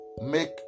make